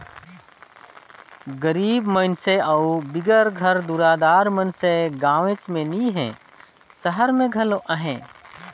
गरीब मइनसे अउ बिगर घर दुरा दार मइनसे गाँवेच में नी हें, सहर में घलो अहें